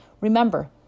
Remember